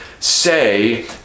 say